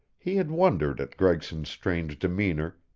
he had wondered at gregson's strange demeanor,